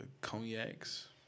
cognacs